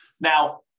Now